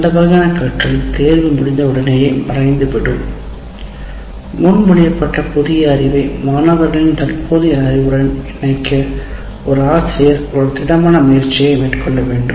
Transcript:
அந்த வகையான கற்றல்தேர்வு முடிந்த உடனேயே மறைந்துவிடும் முன்மொழியப்பட்ட புதிய அறிவை மாணவர்களின் தற்போதைய அறிவு உடன் இணைக்க ஒரு ஆசிரியர் ஒரு திடமான முயற்சியை மேற்கொள்ள வேண்டும்